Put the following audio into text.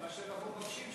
זה מה שאנחנו מבקשים,